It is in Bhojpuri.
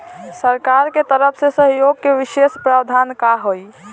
सरकार के तरफ से सहयोग के विशेष प्रावधान का हई?